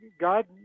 God